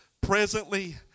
presently